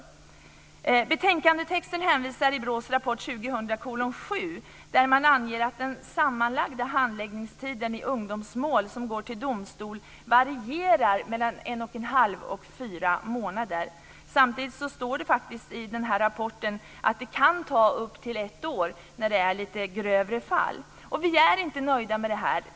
I betänkandet hänvisas till BRÅ:s rapport 2000:7, där man anger att den sammanlagda handläggningstiden i ungdomsmål som går till domstol varierar mellan en och en halv och fyra månader. Samtidigt står det faktiskt i rapporten att det kan ta upp till ett år när det är lite grövre fall. Vi är inte nöjda med det här.